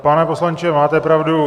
Pane poslanče, máte pravdu.